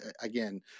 again